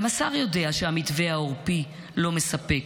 גם השר יודע שהמתווה העורפי לא מספק,